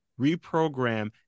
reprogram